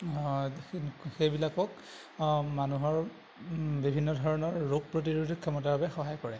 সেইবিলাকক মানুহৰ বিভিন্ন ধৰণৰ ৰোগ প্ৰতিৰোধী ক্ষমতাৰ বাবে সহায় কৰে